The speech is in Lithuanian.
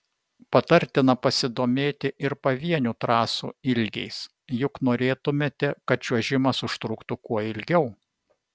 patartina pasidomėti ir pavienių trasų ilgiais juk norėtumėte kad čiuožimas užtruktų kuo ilgiau